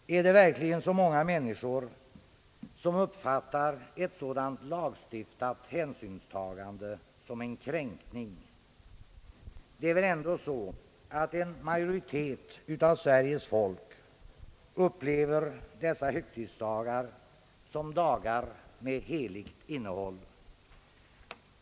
Uppfattar verkligen så många människor ett sådant lagstiftat hänsynstagande som en kränkning? En majoritet av Sveriges folk upplever väl ändå dessa högtidsdagar såsom dagar med heligt innehåll.